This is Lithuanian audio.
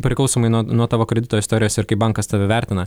priklausomai nuo nuo tavo kredito istorijos ir kaip bankas tave vertina